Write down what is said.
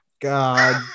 God